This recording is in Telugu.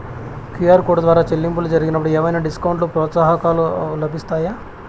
క్యు.ఆర్ కోడ్ ద్వారా చెల్లింపులు జరిగినప్పుడు ఏవైనా డిస్కౌంట్ లు, ప్రోత్సాహకాలు లభిస్తాయా?